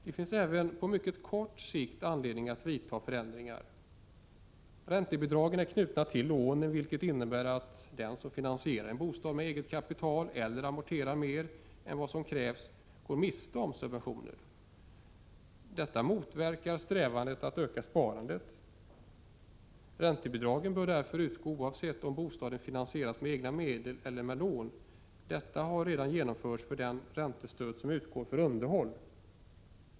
Det finns även på mycket kort sikt anledning att vidta förändringar. Räntebidragen är knutna till lånen, vilket innebär att den som finansierar en bostad med eget kapital eller amorterar mer än vad som krävs går miste om subventioner. Detta motverkar strävandena att öka sparandet. Räntebidragen bör därför utgå oavsett om bostaden finansieras med egna medel eller genom lån. Detta har redan genomförts för det räntestöd som utgår för underhåll.